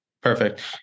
perfect